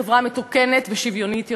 זה נושא של חברה מתוקנת ושוויונית יותר.